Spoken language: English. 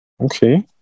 Okay